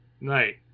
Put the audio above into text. night